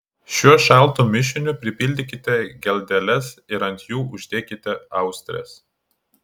šiuo šaltu mišiniu pripildykite geldeles ir ant jų uždėkite austres